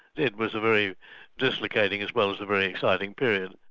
it was a very dislocating as well as a very exciting period.